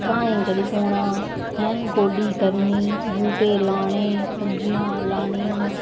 घाए गी चली पोना है गोडी करनी बूहटे लाने सब्जियां लानियां